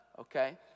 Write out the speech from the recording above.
okay